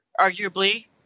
arguably